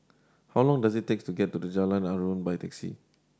how long does it take to get to Jalan Aruan by taxi